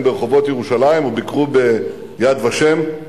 ברחובות ירושלים וביקרו ב"יד ושם",